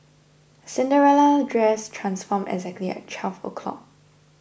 Cinderella's dress transformed exactly at twelve o' clock